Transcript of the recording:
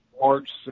large